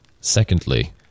Secondly